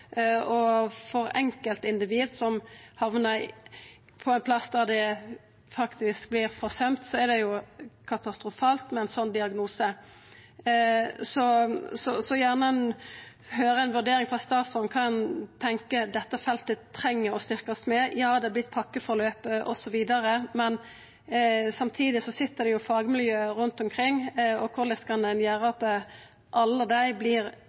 For enkeltindivid som hamnar på ein stad der dei faktisk vert forsømde, er det katastrofalt med ein sånn diagnose. Eg vil gjerne høyra ei vurdering frå statsråden om kva han tenkjer at dette feltet treng å verta styrkt med. Ja, det vert pakkeforløp osv., men samtidig sit det jo fagmiljø rundt omkring. Korleis kan ein gjera at alle dei